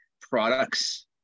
products